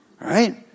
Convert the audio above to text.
right